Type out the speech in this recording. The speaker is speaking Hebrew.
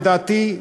לדעתי,